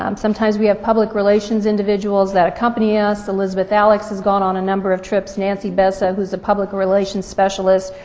um sometimes we have public relations individuals that accompany us. elizabeth alex has gone on a number of trips, nancy besso, who is a public relations specialist,